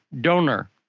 donor